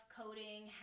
coding